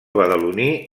badaloní